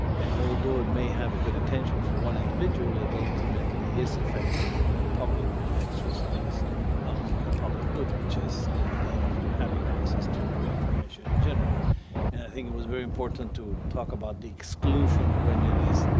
and although it may have a good intention for one individual, it ultimately is affecting a public exercise of a public good, which is the idea of having access to information in general. i think it was very important to talk about the exclusion when it is